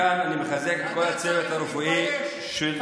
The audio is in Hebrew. מכאן אני מחזק את כל הצוות הרפואי, זו בושה.